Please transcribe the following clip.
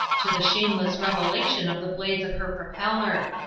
to the shameless revelation of the blades of her propeller.